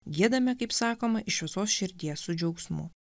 giedame kaip sakoma iš visos širdies su džiaugsmu